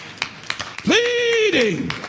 Pleading